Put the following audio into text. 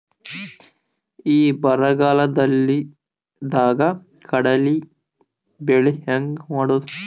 ಈ ಬರಗಾಲದಾಗ ಕಡಲಿ ಬೆಳಿ ಹೆಂಗ ಮಾಡೊದು?